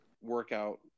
workout –